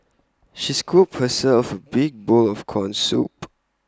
she scooped herself A big bowl of Corn Soup